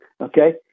Okay